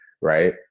right